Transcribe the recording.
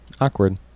Awkward